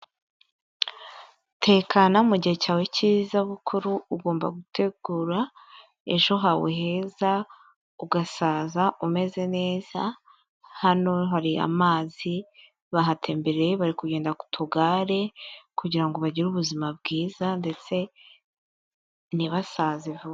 Tekana mu gihe cyawe cy'izabukuru, ugomba gutegura ejo hawe heza ugasaza umeze neza, hano hari amazi bahatembereye bari kugenda ku tugare kugira ngo bagire ubuzima bwiza ndetse ntibasaze vuba.